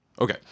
Okay